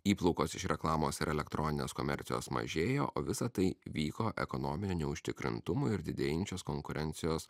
įplaukos iš reklamos ir elektroninės komercijos mažėjo o visa tai vyko ekonominio neužtikrintumo ir didėjančios konkurencijos